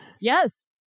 yes